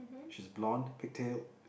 she's blonde pigtail